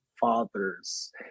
fathers